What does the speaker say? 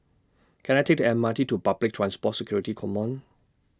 Can I Take The M R T to Public Transport Security Command